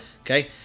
Okay